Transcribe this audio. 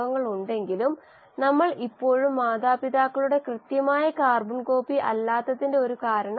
വളരെ ചുരുക്കത്തിൽ കോശങ്ങൾ തന്നെ ഉൽപ്പന്നങ്ങളാകാമെന്ന് നമ്മൾ കണ്ടു നമ്മൾ കണ്ടതെല്ലാം കടന്നുപോകാൻ അനുവദിക്കുകയും മറ്റ് ഉൽപ്പന്നങ്ങൾ ഉണ്ടാവുകയും ചെയ്യും